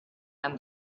and